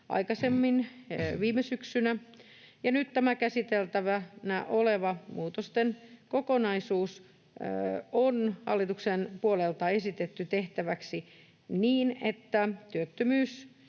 aikaisemmin viime syksynä, ja nyt tämä käsiteltävänä oleva muutosten kokonaisuus on hallituksen puolelta esitetty tehtäväksi niin, että